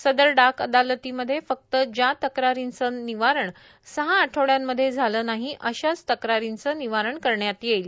सदर डाक अदालत मध्येए फक्त ज्या तक्रारीचे निवारण सहा आठवड्यामधे झाले नाही अशाच तक्रारीचं निवारण करण्यात येईल